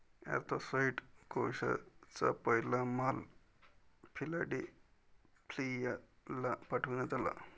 anthracite कोळशाचा पहिला माल फिलाडेल्फियाला पाठविण्यात आला